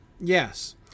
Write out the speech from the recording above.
yes